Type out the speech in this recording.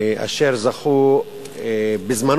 אשר זכו בזמנו,